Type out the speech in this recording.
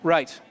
Right